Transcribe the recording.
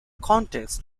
context